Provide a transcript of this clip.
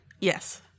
yes